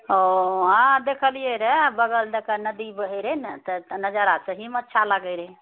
ओ हँ देखलिऐ बगल दएके नदी बहए रहए ने नजारा सहीमे अच्छा लागए रहए